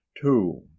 two